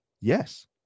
Yes